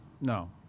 No